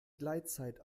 gleitzeit